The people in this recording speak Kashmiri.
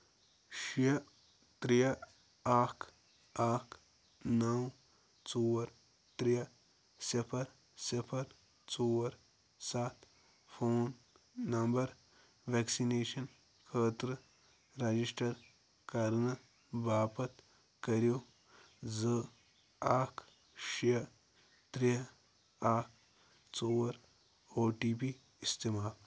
شےٚ ترٛےٚ اکھ اکھ نَو ژور ترٛےٚ صِفر صِفر ژور سَتھ فون نمبر وٮ۪کسِنیشن خٲطرٕ رَجِسٹَر کرنہٕ باپتھ کٔرِو زٕ اکھ شےٚ ترٛےٚ اکھ ژور او ٹی پی استعمال